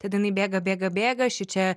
tad jinai bėga bėga bėga šičia